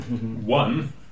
one